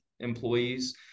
employees